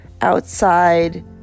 outside